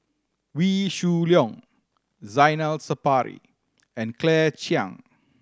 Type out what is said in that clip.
Wee Shoo Leong Zainal Sapari and Claire Chiang